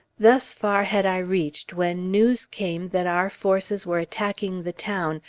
thus far had i reached when news came that our forces were attacking the town,